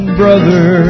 brother